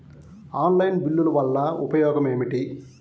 Online బిల్లుల వల్ల ఉపయోగమేమిటీ?